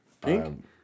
Pink